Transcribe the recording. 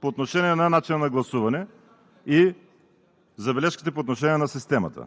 по отношение начина на гласуване и забележките по отношение на системата.